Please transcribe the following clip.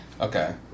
Okay